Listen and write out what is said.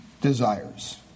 desires